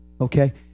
Okay